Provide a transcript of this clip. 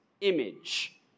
image